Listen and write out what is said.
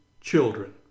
children